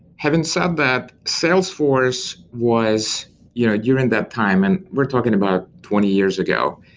having said that, salesforce was you know during that time, and we're talking about twenty years ago.